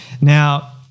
Now